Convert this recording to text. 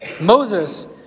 Moses